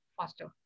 faster